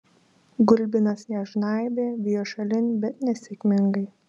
gulbinas ją žnaibė vijo šalin bet nesėkmingai